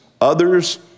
others